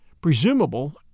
presumable